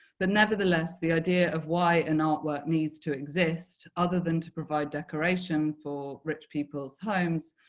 but nevertheless, the idea of why an art work need to exist other than to provide decoration for rich people's homes,